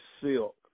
silk